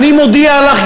אני מודיע לך,